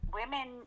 women